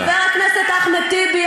חבר הכנסת אחמד טיבי,